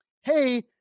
hey